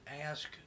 ask